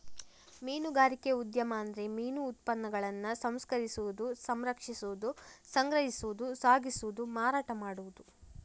ಮೀನುಗಾರಿಕೆ ಉದ್ಯಮ ಅಂದ್ರೆ ಮೀನು ಉತ್ಪನ್ನಗಳನ್ನ ಸಂಸ್ಕರಿಸುದು, ಸಂರಕ್ಷಿಸುದು, ಸಂಗ್ರಹಿಸುದು, ಸಾಗಿಸುದು, ಮಾರಾಟ ಮಾಡುದು